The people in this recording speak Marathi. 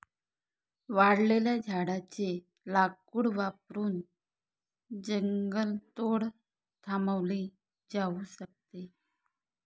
वाळलेल्या झाडाचे लाकूड वापरून जंगलतोड थांबवली जाऊ शकते